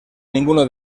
ninguno